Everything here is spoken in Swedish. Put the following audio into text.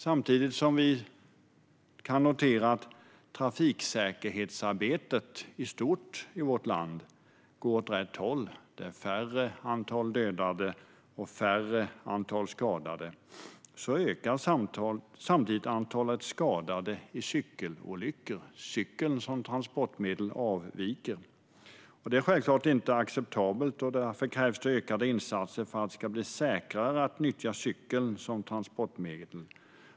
Samtidigt som vi kan notera att trafiksäkerhetsarbetet i vårt land i stort går åt rätt håll - det är färre dödade och skadade - ökar antalet skadade i cykelolyckor. Cykel som transportslag avviker. Det är självklart inte acceptabelt, och därför krävs det ökade insatser för att det ska bli säkrare att nyttja cykeln som transportmedel.